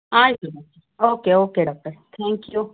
ಆಯಿತು doctor okay okay doctor thank you